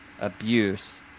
abuse